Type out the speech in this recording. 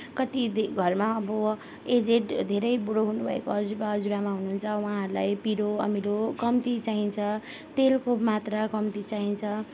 कति दे घरमा अब एजेड धेरै बुढो हुनुभएको हजुरबा हजुरआमा हुनुहुन्छ उहाँहरूलाई पिरो अमिलो कम्ती चाहिन्छ तेलको मात्रा कम्ती चाहिन्छ